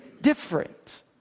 different